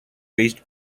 based